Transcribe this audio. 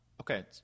Okay